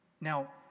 Now